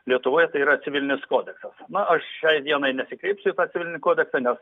lietuvoje tai yra civilinis kodeksas na aš šiai dienai nesikreipsiu į tą civilinį kodeksą nes